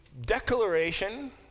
declaration